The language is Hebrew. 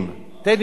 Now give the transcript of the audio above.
תן לי להסביר לך.